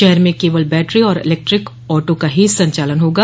शहर में केवल बैटरी और इलेक्ट्रिक ऑटो का ही संचालन होगा